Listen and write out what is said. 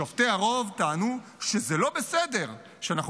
שופטי הרוב טענו שזה לא בסדר שאנחנו